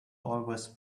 always